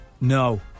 No